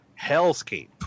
hellscape